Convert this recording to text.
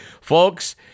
folks